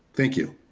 thank you.